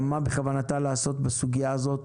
גם מה בכוונתה לעשות בסוגיה הזאת